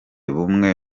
bumwe